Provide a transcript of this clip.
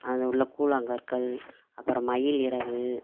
அதன் உள்ள கூழாங்கற்கள் அப்புறம் மயில் இறகு